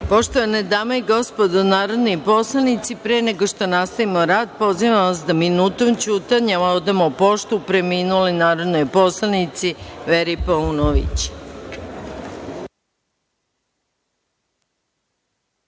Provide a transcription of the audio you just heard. Poštovane dame i gospodo narodni poslanici, pre nego nastavimo rad, pozivam vas da minutom ćutanja odamo poštu preminuloj narodnoj poslanici Veri Paunović.(Minut